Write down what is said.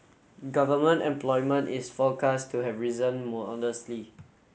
government employment is forecast to have risen